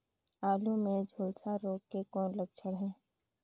आलू मे झुलसा रोग के कौन लक्षण हे?